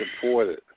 supported